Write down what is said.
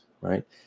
Right